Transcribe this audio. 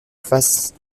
face